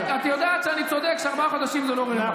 את יודעת שאני צודק שארבעה חודשים זה לא רלוונטי.